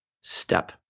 step